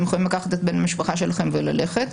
אתם יכולים לקחת את בן המשפחה שלכם וללכת.